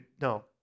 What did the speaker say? no